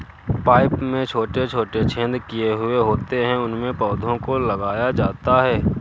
pipe में छोटे छोटे छेद किए हुए होते हैं उनमें पौधों को लगाया जाता है